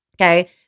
okay